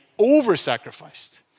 over-sacrificed